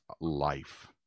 life